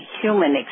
human